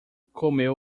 comeu